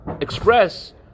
express